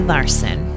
Larson